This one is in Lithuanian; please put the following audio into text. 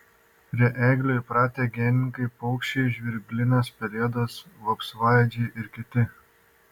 prie eglių įpratę geniniai paukščiai žvirblinės pelėdos vapsvaėdžiai ir kiti